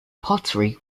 pottery